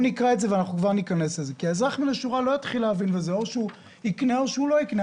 או שהוא יקנה או שהוא לא יקנה.